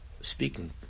Speaking